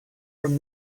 from